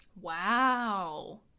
wow